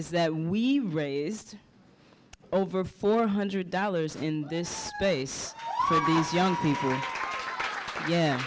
is that we've raised over four hundred dollars in this space these young people yeah